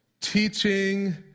teaching